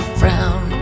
frown